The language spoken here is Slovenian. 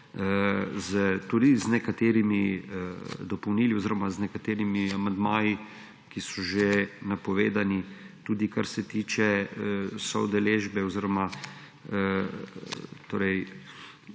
tudi z nekaterimi dopolnili oziroma z nekaterimi amandmaji, ki so že napovedani, tudi kar se tiče soudeležbe pri